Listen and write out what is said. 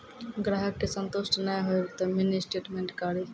ग्राहक के संतुष्ट ने होयब ते मिनि स्टेटमेन कारी?